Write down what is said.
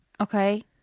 okay